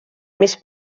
més